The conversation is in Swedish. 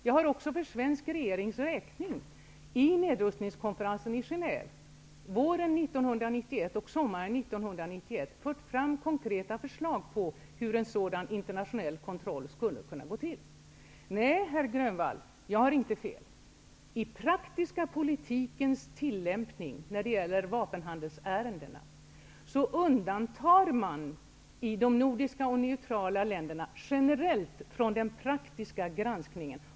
Jag har också för svensk regerings räkning vid nedrustningskonferensen i Genève under våren och sommaren 1991 framfört konkreta förslag på hur en sådan internationell kontroll skulle kunna gå till. Nej, herr Grönvall, jag har inte fel. I den praktiska politikens tillämpning beträffande vapenhandelsärendena undantar man de nordiska och de neutrala länderna generellt från den praktiska granskningen.